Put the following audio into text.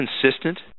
consistent